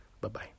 Bye-bye